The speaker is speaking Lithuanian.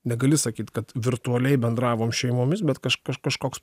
negali sakyt kad virtualiai bendravom šeimomis bet kaž kaž kažkoks